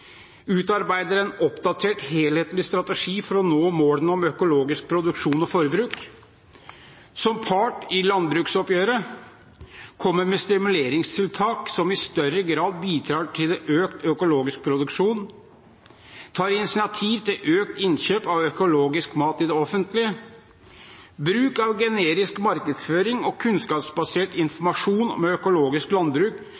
utarbeider en oppdatert, helhetlig strategi for å nå målene om økologisk produksjon og forbruk som part i landbruksoppgjøret kommer med stimuleringstiltak som i større grad bidrar til økt økologisk produksjon tar initiativ til økt innkjøp av økologisk mat i det offentlige bruker generisk markedsføring og kunnskapsbasert